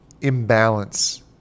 imbalance